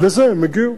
ולזה הם הגיעו.